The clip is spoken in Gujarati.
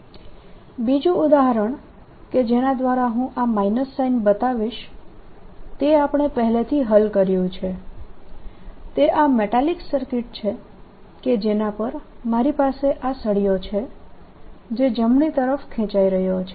0 LdIdtRI dIdtRLI0 or II0e RLt બીજું ઉદાહરણ કે જેના દ્વારા હું આ માઇનસ સાઈન બતાવીશ તે આપણે પહેલાથી હલ કર્યું છે તે આ મેટાલીક સર્કિટ છે કે જેના પર મારી પાસે આ સળીયો છે જે જમણી તરફ ખેંચાઈ રહ્યો છે